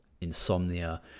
insomnia